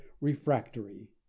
refractory